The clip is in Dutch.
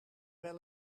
wel